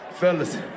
Fellas